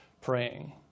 praying